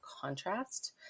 contrast